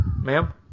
Ma'am